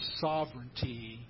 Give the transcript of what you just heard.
sovereignty